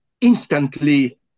instantly